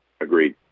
agreed